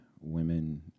women